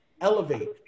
elevate